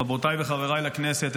חברותיי וחבריי לכנסת,